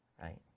right